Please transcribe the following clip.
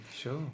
Sure